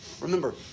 Remember